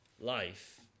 life